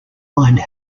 mind